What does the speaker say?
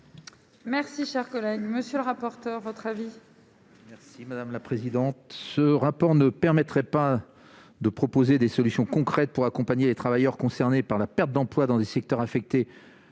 Merci, chers collègues, monsieur le rapporteur, votre avis. Merci madame la présidente, ce rapport ne permettrait pas de proposer des solutions concrètes pour accompagner les travailleurs concernés par la perte d'emploi dans les secteurs affectés